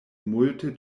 multe